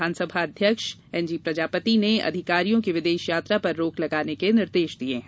विधानसभा अध्यक्ष एनपीप्रजापति ने अधिकारियों की विदेश यात्रा पर रोक लगाने के निर्देश दिये हैं